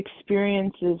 experiences